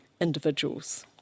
individuals